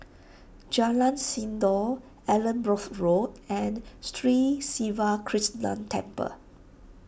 Jalan Sindor Allanbrooke Road and Sri Siva Krishna Temple